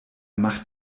macht